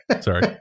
sorry